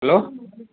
hello